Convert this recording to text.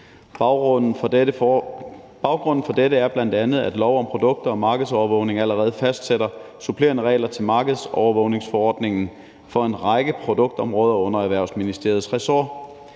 Baggrunden for dette er bl.a., at lov om produkter og markedsovervågning allerede fastsætter supplerende regler til markedsovervågningsforordningen for en række produktområder under Erhvervsministeriets ressort.